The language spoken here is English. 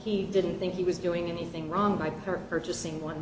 he didn't think he was doing anything wrong by purchasing one